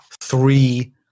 three